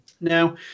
now